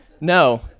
No